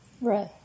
Right